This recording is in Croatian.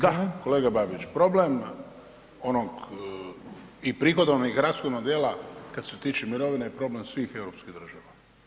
Da, kolega Babić, problem onog i prihodovnog i rashodnog dijela kad se tiče mirovina je problem svih europskih država.